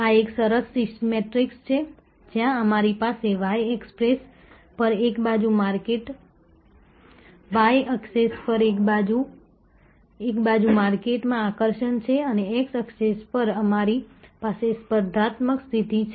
આ એક સરસ મેટ્રિક્સ છે જ્યાં અમારી પાસે y એક્સેસ પર એક બાજુ માર્કેટમાં આકર્ષણ છે અને x એક્સેસ પર અમારી પાસે સ્પર્ધાત્મક સ્થિતિ છે